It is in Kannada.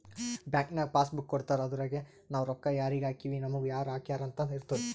ಬ್ಯಾಂಕ್ ನಾಗ್ ಪಾಸ್ ಬುಕ್ ಕೊಡ್ತಾರ ಅದುರಗೆ ನಾವ್ ರೊಕ್ಕಾ ಯಾರಿಗ ಹಾಕಿವ್ ನಮುಗ ಯಾರ್ ಹಾಕ್ಯಾರ್ ಅಂತ್ ಇರ್ತುದ್